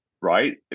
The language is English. right